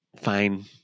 Fine